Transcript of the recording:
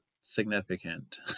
significant